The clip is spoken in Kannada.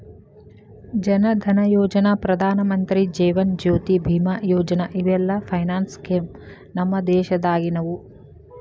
ಜನ್ ಧನಯೋಜನಾ, ಪ್ರಧಾನಮಂತ್ರಿ ಜೇವನ ಜ್ಯೋತಿ ಬಿಮಾ ಯೋಜನಾ ಇವೆಲ್ಲ ಫೈನಾನ್ಸ್ ಸ್ಕೇಮ್ ನಮ್ ದೇಶದಾಗಿನವು